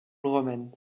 romaine